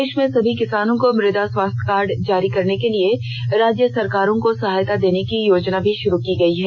देश में सभी किसानों को मृदा स्वास्थ्य कार्ड जारी करने के लिए राज्य सरकारों को सहायता देने की योजना भी शुरू की गई है